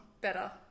better